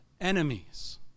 enemies